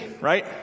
right